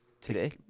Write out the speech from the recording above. today